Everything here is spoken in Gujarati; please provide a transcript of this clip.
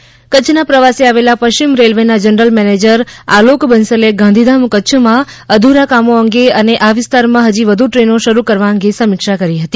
રેલ્વે કચ્છના પ્રવાસે આવેલા પશ્ચિમ રેલવેના જનરલ મેનેજર આલોક બંસલે ગાંધીધામ કચ્છમાં અધુરા કામો અંગે અને આ વિસ્તારમાં હજી વધુ ટ્રેનો શરૂ કરવા અંગે સમીક્ષા કરી હતી